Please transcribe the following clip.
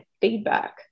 feedback